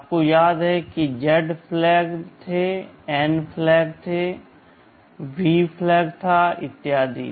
आपको याद है कि Z फ्लैग थे N फ्लैग थे V फ्लैग था इत्यादि